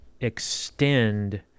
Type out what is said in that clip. extend